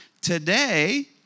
today